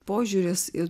požiūris ir